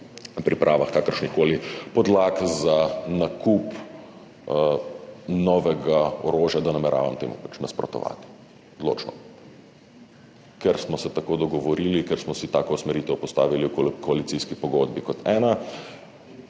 pripravah kakršnihkoli podlag za nakup novega orožja nameravam temu odločno nasprotovati. Ker smo se tako dogovorili, ker smo si tako usmeritev postavili v koalicijski pogodbi kot ena,